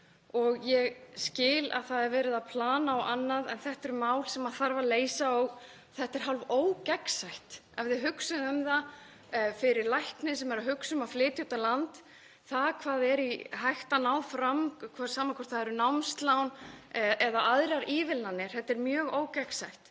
Ég skil að það er verið að plana og annað en þetta eru mál sem þarf að leysa og þetta er hálfógegnsætt. Ef þið hugsið um það, fyrir lækni sem er að hugsa um að flytja út á land, hverju er hægt að ná fram, sama hvort það eru námslán eða aðrar ívilnanir? Þetta er mjög ógegnsætt.